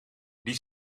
die